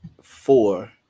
four